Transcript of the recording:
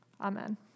Amen